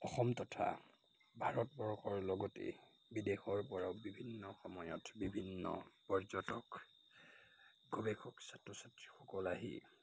অসম তথা ভাৰতবৰ্ষৰ লগতে বিদেশৰ পৰাও বিভিন্ন সময়ত বিভিন্ন পৰ্যটক গৱেষক ছাত্ৰ ছাত্ৰীসকল আহি